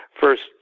first